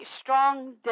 strong